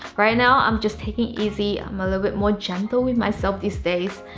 right now, i'm just taking easy i'm a little bit more gentle with myself these days.